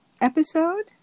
episode